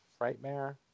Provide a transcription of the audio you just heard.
Frightmare